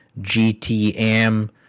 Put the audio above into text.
GTM